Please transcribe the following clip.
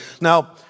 Now